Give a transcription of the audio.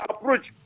approach